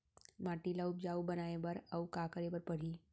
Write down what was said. माटी ल उपजाऊ बनाए बर अऊ का करे बर परही?